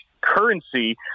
currency